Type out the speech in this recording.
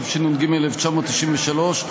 התשנ"ג 1993,